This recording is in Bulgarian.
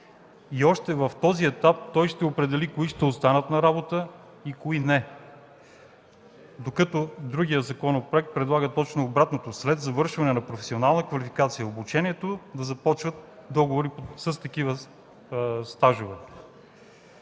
И още в този етап той ще определи кои ще останат на работа и кои не. Другият законопроект предлага точно обратното – след завършване на професионална квалификация и обучението да започват договори с такива стажове.